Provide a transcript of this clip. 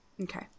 Okay